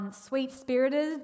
sweet-spirited